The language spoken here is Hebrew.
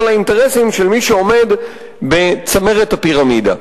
על האינטרסים של מי שעומד בצמרת הפירמידה.